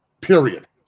Period